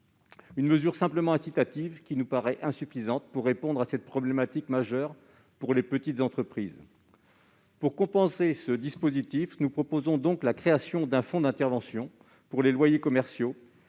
cette mesure simplement incitative nous semble insuffisante pour répondre à cette problématique majeure pour les petites entreprises. Nous proposons donc la création d'un fonds d'intervention pour les loyers commerciaux